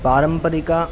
पारम्परिक